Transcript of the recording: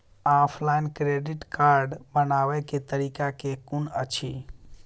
Offline credit card बनाबै केँ तरीका केँ कुन अछि?